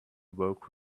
woke